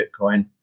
Bitcoin